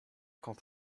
quand